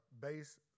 base